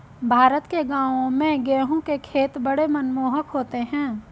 भारत के गांवों में गेहूं के खेत बड़े मनमोहक होते हैं